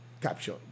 capture